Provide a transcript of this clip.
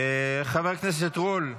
חבר הכנסת רול,